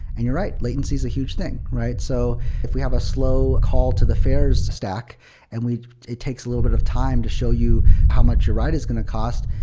and you're right, latency is a huge thing, right? so if we have a slow call to the fares stack and it takes a little bit of time to show you how much your ride is going to cost,